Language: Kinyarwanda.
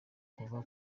kuva